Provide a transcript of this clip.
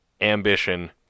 ambition